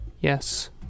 Yes